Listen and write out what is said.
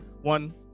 One